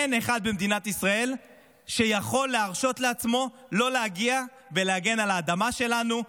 אין אחד במדינת ישראל שיכול להרשות לעצמו לא להגיע ולהגן על האדמה שלנו,